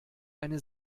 eine